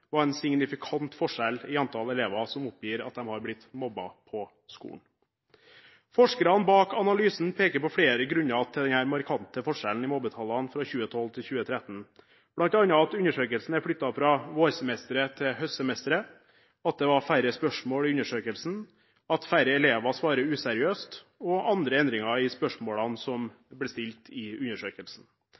var en signifikant forskjell i antall elever som oppgir at de har blitt mobbet på skolen. Forskerne bak analysen peker på flere grunner til denne markante forskjellen i mobbetallene fra 2012 til 2013, bl.a. at undersøkelsen er flyttet fra vårsemesteret til høstsemesteret, at det var færre spørsmål i undersøkelsen, at færre elever svarer useriøst og andre endringer i spørsmålene som ble stilt i undersøkelsen.